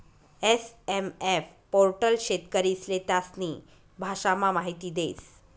SMF portal शेतकरीस्ले त्यास्नी भाषामा माहिती देस